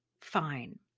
fine